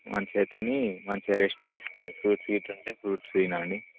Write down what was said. మంచిగా తిని మంచిగా రెస్ట్ తీసుకోండి ఫ్రూట్స్ ఇట్లా ఉంటే ఫ్రూట్స్ తినండి